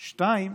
שתיים,